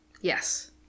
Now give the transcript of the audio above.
Yes